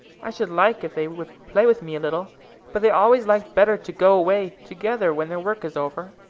i should like if they would play with me a little but they always like better to go away together when their work is over.